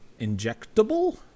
Injectable